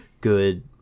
good